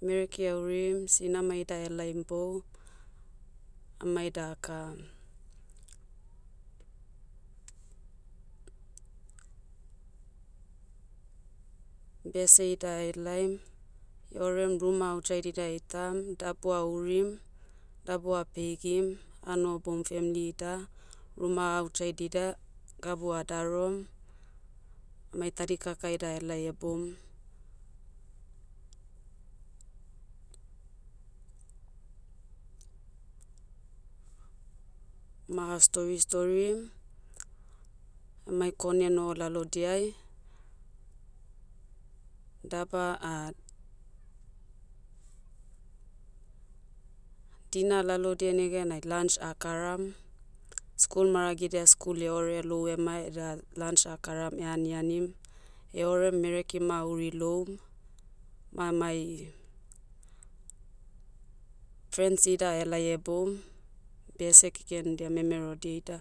mereki aurim, sinamai ida helaim bou. Amai daka, bese ida ahelaim, eorem ruma outside ida eitam, dabua aurim, dabua peigim, anohoboum femli ida. Ruma outside ida, gabu adarom. Mai tadi kaka ida ahelai eboum. Magau stori storim, amai kone noho lalodiai, daba- dina lalodiai negenai lunch akaram. School maragidia school eore elou ema eda, lunch akaram eanianim. Eorem mereki ma auri loum. Ma mai, frens ida ahelai heboum, bese kekedia memerodia ida,